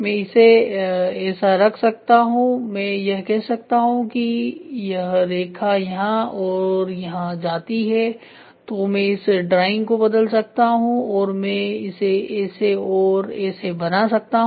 मै इसे ऐसा रख सकता हूँ मैं यह कह सकता हूं कि यह रेखा यहां और यहां जाती है तो मैं इस ड्राइंग को बदल सकता हूं और मैं इसे ऐसे और ऐसे बना सकता हूं